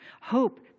Hope